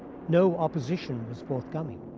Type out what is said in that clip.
no opposition was forthcoming.